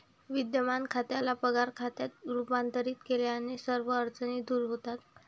विद्यमान खात्याला पगार खात्यात रूपांतरित केल्याने सर्व अडचणी दूर होतात